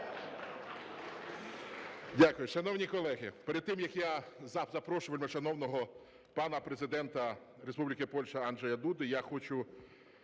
Дякую. Шановні колеги, перед тим, як я запрошу вельмишановного пана Президента Республіки Польща Анджея Дуду, я хочу